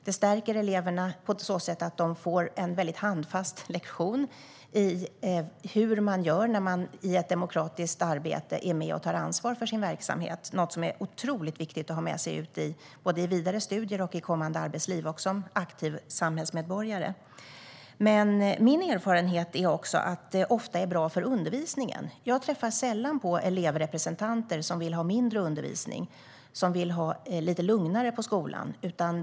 Det stärker eleverna på så sätt att de får en handfast lektion i hur man gör när man i ett demokratiskt arbete är med och tar ansvar för sin verksamhet, något som är otroligt viktigt att ha med sig ut såväl i vidare studier som i kommande arbetsliv och som aktiv samhällsmedborgare. Min erfarenhet är också att det ofta är bra för undervisningen. Jag träffar sällan elevrepresentanter som vill ha mindre undervisning, som vill ha lite lugnare på skolan.